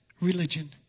religion